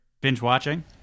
binge-watching